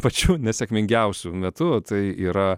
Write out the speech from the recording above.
pačiu nesėkmingiausiu metu tai yra